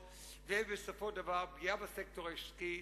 ובסופו של דבר פגיעה בסקטור העסקי,